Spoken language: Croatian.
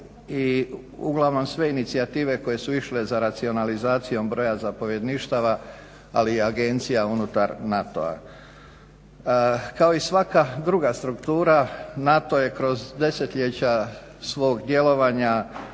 i uglavnom sve inicijative koje su išle za racionalizacijom broja zapovjedništava, ali i agencija unutar NATO-a. Kao i svaka druga struktura NATO je kroz desetljeća svog djelovanja